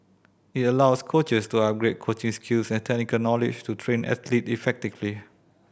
it allows coaches to upgrade coaching skills and technical knowledge to train athlete effectively